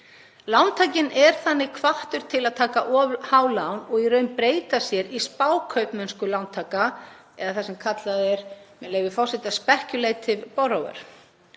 Lántakinn er þannig hvattur til að taka of há lán og í raun breyta sér í spákaupmennskulántaka eða það sem kallað er, með leyfi forseta, „speculative borrower“,